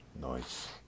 Nice